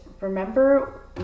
remember